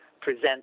present